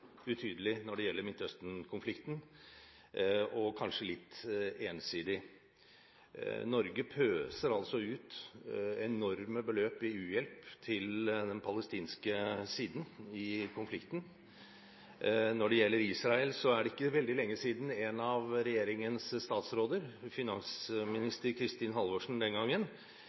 utydelig når det gjelder Midtøsten-konflikten, og kanskje litt ensidig. Norge pøser altså ut enorme beløp i u-hjelp til den palestinske siden i konflikten. Når det gjelder Israel, er det ikke veldig lenge siden en av regjeringens statsråder, den gang finansminister Kristin Halvorsen,